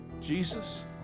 Jesus